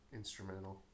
instrumental